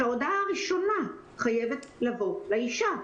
שההודעה הראשונה חייבת להינתן לאישה,